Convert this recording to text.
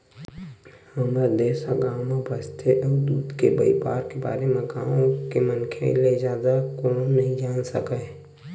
हमर देस ह गाँव म बसथे अउ दूद के बइपार के बारे म गाँव के मनखे ले जादा कोनो नइ जान सकय